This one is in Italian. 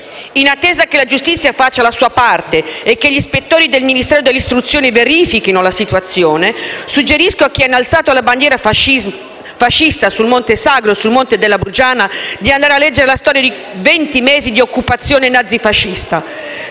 In attesa che la giustizia faccia la sua parte e che gli ispettori del Ministero dell'istruzione verifichino la situazione, suggerisco a chi ha innalzato la bandiera fascista sul Monte Sagro e sul Monte Brugiana di andare a leggere la storia dei venti mesi di occupazione nazi-fascista.